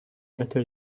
better